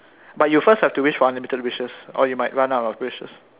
but you first have to wish for unlimited wishes or you might run out of wishes